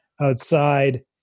outside